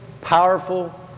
powerful